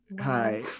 hi